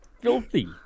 filthy